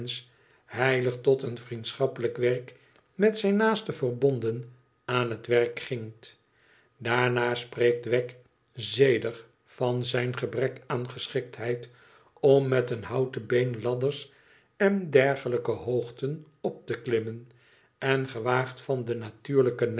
heilig tot een vriendschappelijk werk met zijn naaste verbonden aan het werk gingt daarna spreekt wegg zedig van zijn gebrek aan geschiktheid om met een houten been ladders en dergelijke hoogten op te klimmen en gewaagt van de natuurlijke